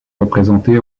représentée